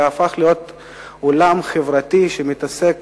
אלא הפך להיות עולם חברתי שמתעסק